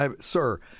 sir